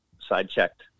side-checked